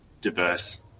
diverse